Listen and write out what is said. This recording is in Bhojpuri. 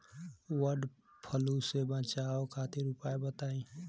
वड फ्लू से बचाव खातिर उपाय बताई?